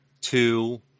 two